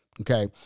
Okay